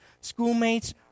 schoolmates